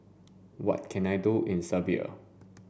what can I do in Serbia